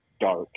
dark